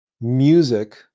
music